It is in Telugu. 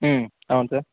అవును సార్